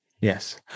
Yes